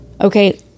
Okay